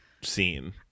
scene